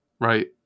right